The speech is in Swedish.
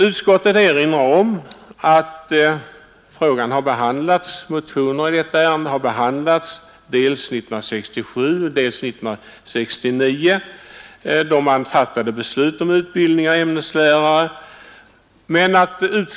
Utskottet erinrar om att motioner i detta ärende har behandlats dels 1967, dels 1969, då beslut fattades om utbildning av ämneslärare.